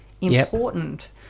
important